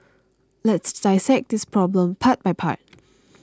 let's dissect this problem part by part